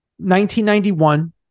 1991